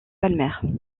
palmer